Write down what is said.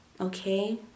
okay